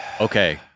Okay